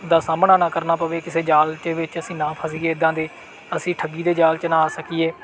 ਦਾ ਸਾਹਮਣਾ ਨਾ ਕਰਨਾ ਪਵੇ ਕਿਸੇ ਜਾਲ ਦੇ ਵਿੱਚ ਅਸੀਂ ਨਾ ਫਸੀਏ ਇੱਦਾਂ ਦੇ ਅਸੀਂ ਠੱਗੀ ਦੇ ਜਾਲ 'ਚ ਨਾ ਆ ਸਕੀਏ